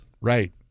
right